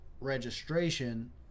registration